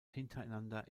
hintereinander